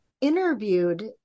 interviewed